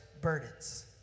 burdens